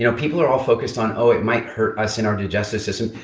you know people are all focused on, oh, it might hurt us in our digestive system.